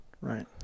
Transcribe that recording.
Right